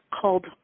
called